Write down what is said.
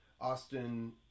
Austin